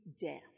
death